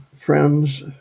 friends